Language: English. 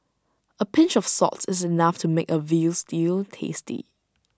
A pinch of salt is enough to make A Veal Stew tasty